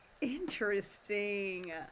interesting